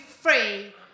free